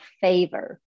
favor